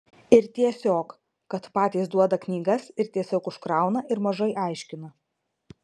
ir tiesiog kad patys duoda knygas ir tiesiog užkrauna ir mažai aiškina